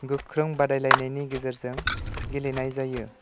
गोख्रों बादायलायनायनि गेजेरजों गेलेनाय जायो